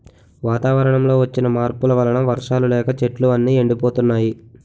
వాతావరణంలో వచ్చిన మార్పుల వలన వర్షాలు లేక చెట్లు అన్నీ ఎండిపోతున్నాయి